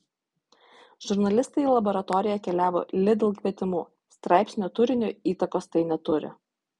žurnalistai į laboratoriją keliavo lidl kvietimu straipsnio turiniui įtakos tai neturi